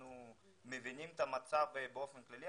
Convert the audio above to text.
אנחנו מבינים את המצב באופן כללי,